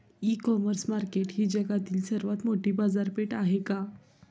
इ commerce market ही जगातील सर्वात मोठी बाजारपेठ आहे का?